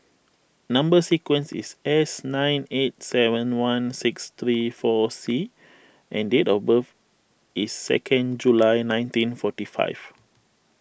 Number Sequence is S nine eight seven one six three four C and date of birth is second July nineteen forty five